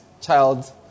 child